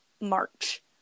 march